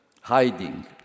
hiding